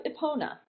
Ipona